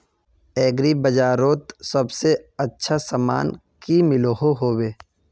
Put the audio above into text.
Agri बजारोत सबसे अच्छा सामान की मिलोहो होबे?